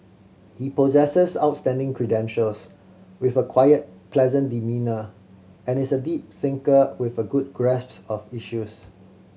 he possesses outstanding credentials with a quiet pleasant demeanour and is a deep thinker with a good grasps of issues